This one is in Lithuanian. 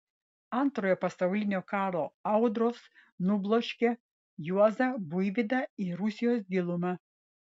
antrojo pasaulinio karo audros nubloškė juozą buivydą į rusijos gilumą